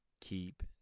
keep